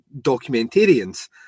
documentarians